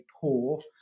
poor